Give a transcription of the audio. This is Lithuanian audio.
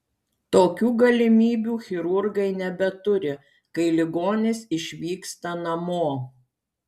tokių galimybių chirurgai nebeturi kai ligonis išvyksta namo